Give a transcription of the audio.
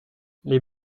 les